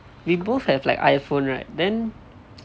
we both have like iphone right then